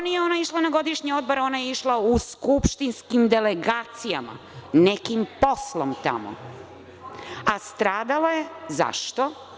Nije ona išla na godišnji odmor, ona je išla u skupštinskim delegacijama, nekim poslom tamo, a stradala je - zašto?